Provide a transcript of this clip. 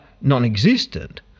non-existent